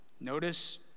Notice